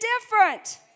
different